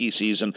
season